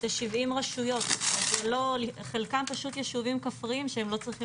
אני רק רוצה להבהיר.